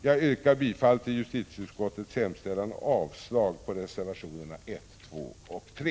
Jag yrkar bifall till justitieutskottets hemställan och avslag på reservationerna 1, 2 och 3.